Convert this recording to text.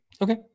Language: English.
Okay